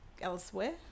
elsewhere